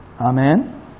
Amen